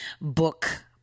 book